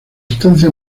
estancia